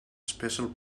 special